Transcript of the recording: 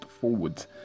forwards